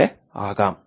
പോലെയാകാം